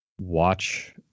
watch